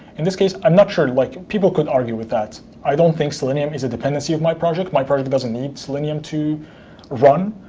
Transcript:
in this case, i'm not sure. like people could argue with that. i don't think selenium is a dependency of my project. my project doesn't need selenium to run,